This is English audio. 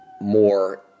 more